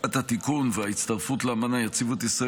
התיקון וההצטרפות לאמנה יציבו את ישראל